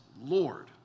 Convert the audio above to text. Lord